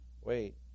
wait